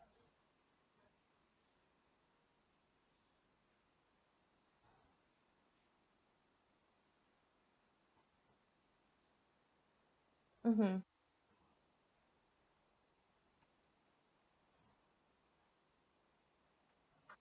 mmhmm